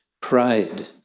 pride